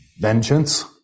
Vengeance